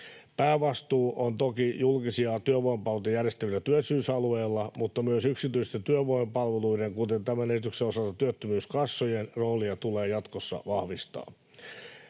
Päävastuu on toki julkisia työvoimapalveluita järjestävillä työllisyysalueilla, mutta myös yksityisten työvoimapalveluiden, kuten tämän esityksen osalta työttömyyskassojen, roolia tulee jatkossa vahvistaa.